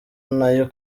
nayo